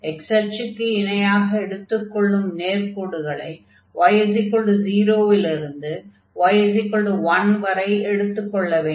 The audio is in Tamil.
x அச்சுக்கு இணையாக எடுத்துக் கொள்ளும் நேர்க்கோடுகளை y0 லிருந்து y1 வரை எடுத்துக் கொள்ள வேண்டும்